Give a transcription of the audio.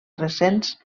recents